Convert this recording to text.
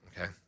okay